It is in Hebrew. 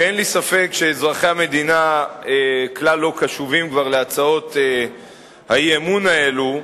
שאין לי ספק שאזרחי המדינה כלל לא קשובים כבר להצעות האי-אמון האלה,